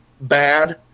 bad